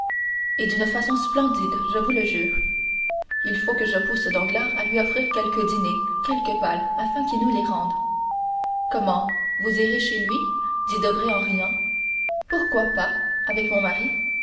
et d'une façon splendide je vous le jure il faut que je pousse danglars à lui offrir quelque dîner quelque bal afin qu'il nous les rende comment vous irez chez lui dit debray en riant pourquoi pas avec mon mari